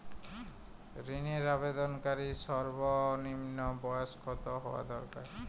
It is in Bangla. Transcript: ঋণের আবেদনকারী সর্বনিন্ম বয়স কতো হওয়া দরকার?